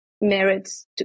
merits